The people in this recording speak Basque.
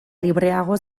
libreago